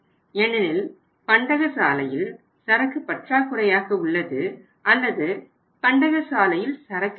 ஏனெனில் பண்டகசாலையில் சரக்கு பற்றாக்குறையாக உள்ளது அல்லது பண்டகசாலையில் சரக்கு இல்லை